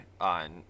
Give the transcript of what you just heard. on